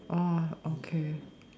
oh okay